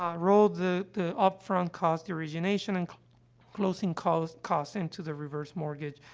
ah, roll the the up-front cost origination and closing costs costs into the reverse mortgage,